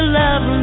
love